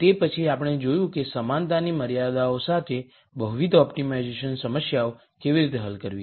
તે પછી આપણે જોયું કે સમાનતાની મર્યાદાઓ સાથે બહુવિધ ઓપ્ટિમાઇઝેશન સમસ્યાઓ કેવી રીતે હલ કરવી